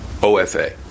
OFA